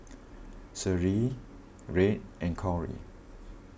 Shaylee Red and Kory